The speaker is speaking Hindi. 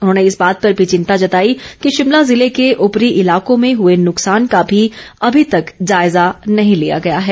उन्होंने इस बात पर भी चिंता जताई कि शिमला ज़िले के ऊपरी इलाकों में हुए नुकसान का भी अभी तक जायज़ा नहीं लिया गया है